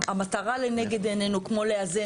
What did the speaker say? המטרה לנגד עינינו כמו לאזן,